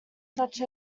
such